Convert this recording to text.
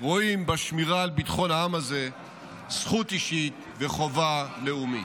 רואים בשמירה על ביטחון העם הזה זכות אישית וחובה לאומית.